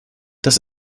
das